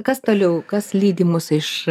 kas toliau kas lydi mus iš